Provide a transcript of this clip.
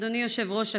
אדוני היושב-ראש,